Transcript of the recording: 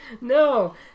no